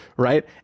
Right